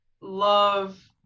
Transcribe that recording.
love